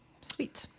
Sweet